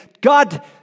God